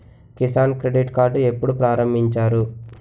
Kisan credit card ఎప్పుడు ప్రారంభించారు?